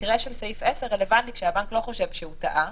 המקרה של סעיף 10 רלוונטי כשהבנק לא חושב שהוא טעה